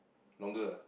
longer ah